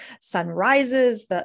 sunrises